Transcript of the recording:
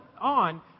on